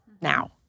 now